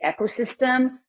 ecosystem